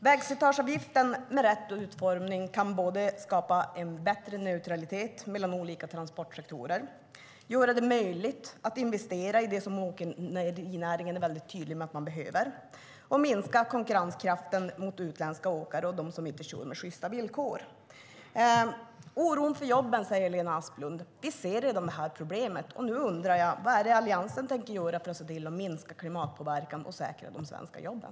Vägslitageavgiften med rätt utformning kan skapa en bättre neutralitet mellan olika transportsektorer, göra det möjligt att investera i det som åkerinäringen är tydlig med att man behöver och minska konkurrenskraften från utländska åkare och dem som inte kör med sjysta villkor. Lena Asplund talar om oron för jobben. Vi ser redan detta problem. Nu undrar jag: Vad tänker Alliansen göra för att minska klimatpåverkan och säkra de svenska jobben?